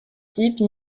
type